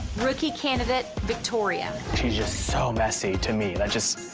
rookie candidate victoria. she's just so messy, to me. that just,